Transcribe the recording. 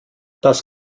das